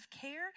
care